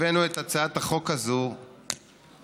הבאנו את הצעת החוק הזאת כשגילינו